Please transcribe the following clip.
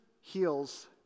heals